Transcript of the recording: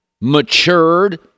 Matured